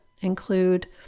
include